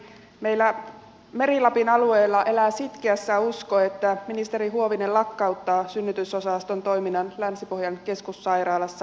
meillä meri lapin alueella elää sitkeässä usko että ministeri huovinen lakkauttaa synnytysosaston toiminnan länsi pohjan keskussairaalassa